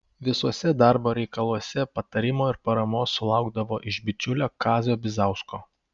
visuose darbo reikaluose patarimo ir paramos sulaukdavo iš bičiulio kazio bizausko